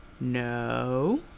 No